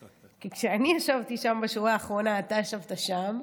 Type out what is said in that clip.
כי כשאני ישבתי שם, בשורה האחרונה, אתה ישבת שם,